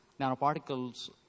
nanoparticles